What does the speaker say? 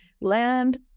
land